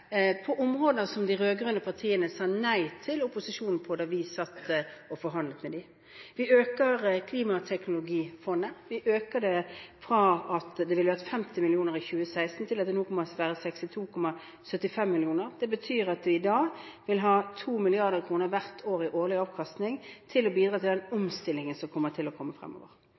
på områder som de rød-grønne partiene sa nei til opposisjonen på da vi satt og forhandlet med dem. Vi øker Klimateknologifondet. Vi øker det fra 50 mrd. kr til at det nå kommer til å være 62,75 mrd. kr i 2016. Det betyr at vi da vil ha 2 mrd. kr hvert år i årlig avkastning til å bidra til den omstillingen som kommer til å komme fremover.